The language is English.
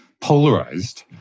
polarized